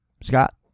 Scott